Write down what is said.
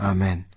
Amen